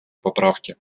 поправки